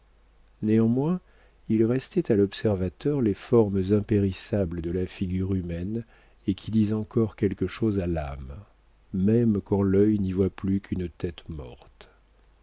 néanmoins il restait à l'observateur les formes impérissables de la figure humaine et qui disent encore quelque chose à l'âme même quand l'œil n'y voit plus qu'une tête morte